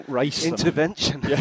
intervention